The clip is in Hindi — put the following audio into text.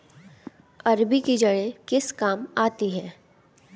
अरबी की जड़ें किस काम आती हैं?